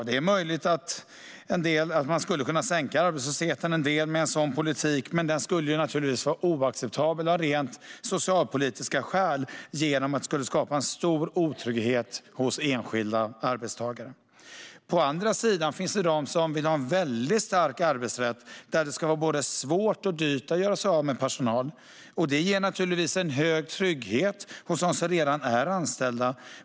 Det är möjligt att man skulle kunna sänka arbetslösheten en del med en sådan politik, men den skulle naturligtvis vara oacceptabel av rent socialpolitiska skäl eftersom den skulle skapa stor otrygghet för enskilda arbetstagare. På andra sidan finns de som vill ha en väldigt stark arbetsrätt, där det ska vara både svårt och dyrt att göra sig av med personal. Det ger naturligtvis en hög trygghet för dem som redan är anställda.